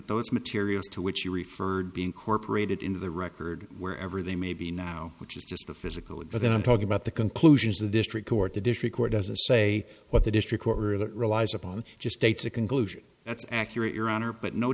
those materials to which you referred be incorporated into the record wherever they may be now which is just the physical but then i'm talking about the conclusions of the district court the district court doesn't say what the district were that relies upon just dates a conclusion that's accurate your honor but no